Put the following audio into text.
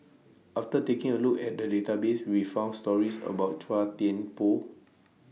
after taking A Look At The Database We found stories about Chua Thian Poh